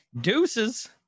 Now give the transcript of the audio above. deuces